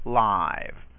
live